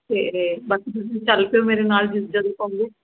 ਅਤੇ ਬਾਕੀ ਤੁਸੀਂ ਚੱਲ ਪਿਓ ਮੇਰੇ ਨਾਲ ਜ ਜਦੋਂ ਕਹੋਂਗੇ